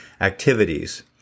activities